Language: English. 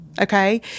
Okay